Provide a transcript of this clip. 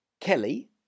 Kelly